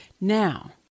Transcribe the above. Now